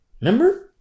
Remember